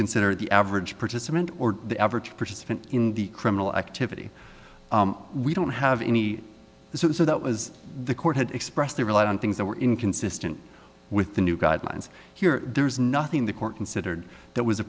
consider the average participant or the average participant in the criminal activity we don't have any so that was the court had expressly relied on things that were inconsistent with the new guidelines here there's nothing the court considered that was a